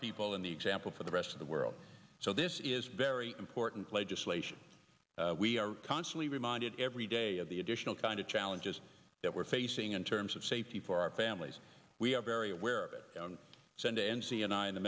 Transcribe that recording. people in the example for the rest of the world so this is very important legislation we are constantly reminded every day of the additional kind of challenges that we're facing in terms of safety for our families we are very aware of it on sunday and